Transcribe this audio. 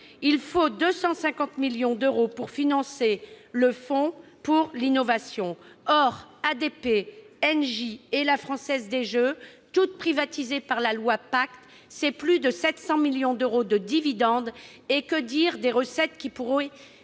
Il faut 250 millions d'euros pour financer le Fonds pour l'innovation. Or les sociétés ADP, Engie et la Française des jeux, toutes privatisées par la loi Pacte, représentent plus de 700 millions d'euros de dividendes. Et que dire des recettes qui pourraient être